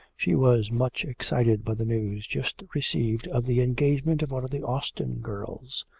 she was much excited by the news just received of the engagement of one of the austin girls.